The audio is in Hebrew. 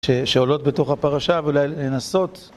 שעולות בתוך הפרשה ולנסות